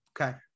Okay